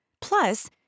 Plus